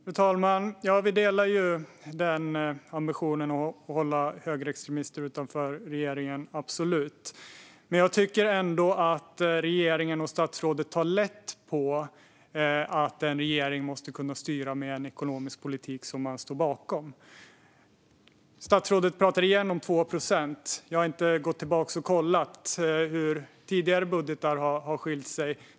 Fru talman! Vi delar absolut ambitionen att hålla högerextremister utanför regeringen, men jag tycker ändå att regeringen och statsrådet tar lätt på att en regering måste kunna styra med en ekonomisk politik som man står bakom. Statsrådet nämner åter 2 procent, och jag har inte kollat hur tidigare budgetar har skilt sig.